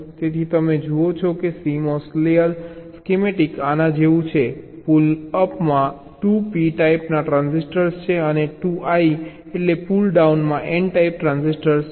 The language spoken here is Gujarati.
તેથી તમે જુઓ છો કે CMOS લેયર સ્કેમેટિક આના જેવું છે પુલ અપમાં 2 p ટાઈપના ટ્રાન્સિસ્ટર છે અને 2 I એટલે પુલ ડાઉનમાં n ટાઇપ ટ્રાન્ઝિસ્ટર છે